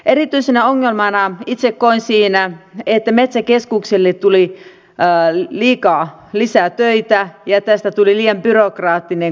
erityisenä ongelmana itse koin siinä että metsäkeskuksille tuli liikaa lisää töitä ja kokonaisuudesta tuli liian byrokraattinen